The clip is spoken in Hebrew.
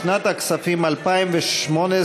לשנת הכספים 2018,